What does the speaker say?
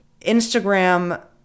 Instagram